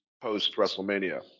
post-WrestleMania